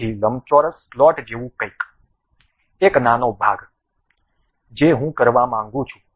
તેથી લંબચોરસ સ્લોટ જેવું કંઈક એક નાનો ભાગ જે હું કરવા માંગું છું